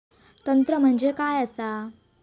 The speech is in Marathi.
तंत्र म्हणजे काय असा?